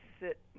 sit